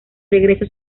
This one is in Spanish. regreso